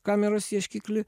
kameros ieškikly